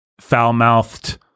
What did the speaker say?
foul-mouthed